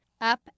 up